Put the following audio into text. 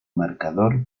marcador